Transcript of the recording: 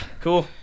Cool